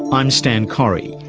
i'm stan correy,